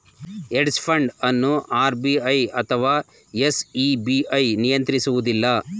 hedge fund ಅನ್ನು RBI ಅಥವಾ SEBI ನಿಯಂತ್ರಿಸುವುದಿಲ್ಲ